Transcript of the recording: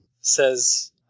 says